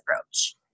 approach